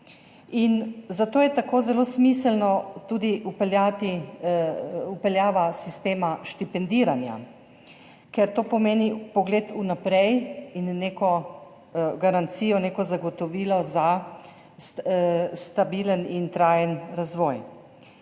zato je tako zelo smiselna tudi vpeljava sistema štipendiranja, ker to pomeni vpogled vnaprej in neko garancijo, neko zagotovilo za stabilen in trajen razvoj.